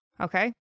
Okay